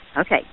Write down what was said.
Okay